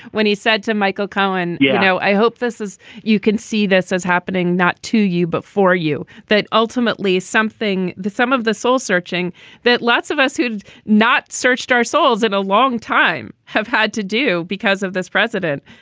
when he said to michael cohen, you know, i hope this as you can see, this is happening not to you, but for you. that ultimately is something the sum of the soul searching that lots of us who had not searched our souls in a long time have had to do because of this president.